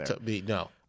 No